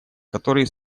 которые